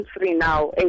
now